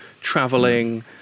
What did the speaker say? traveling